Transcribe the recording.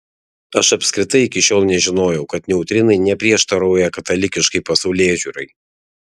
aš apskritai iki šiol nežinojau kad neutrinai neprieštarauja katalikiškai pasaulėžiūrai